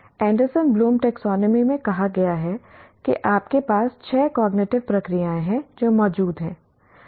Anderson Bloom taxonomy Anderson Bloom's taxonomy में कहा गया है कि आपके पास छह कॉग्निटिव प्रक्रियाएं हैं जो मौजूद हैं